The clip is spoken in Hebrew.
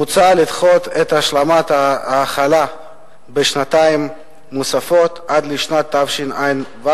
מוצע לדחות את השלמת ההחלה בשנתיים נוספות עד לשנת התשע"ו,